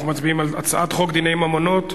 אנחנו מצביעים על הצעת חוק דיני ממונות,